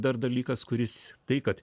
dar dalykas kuris tai kad